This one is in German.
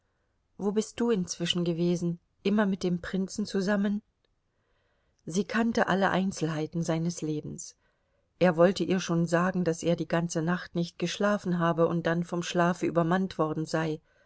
wo bist du inzwischen gewesen immer mit dem prinzen zusammen sie kannte alle einzelheiten seines lebens er wollte ihr schon sagen daß er die ganze nacht nicht geschlafen habe und dann vom schlafe übermannt worden sei